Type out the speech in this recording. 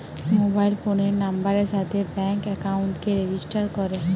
mobile ফোনের নাম্বারের সাথে ব্যাঙ্ক একাউন্টকে রেজিস্টার করে